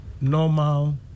normal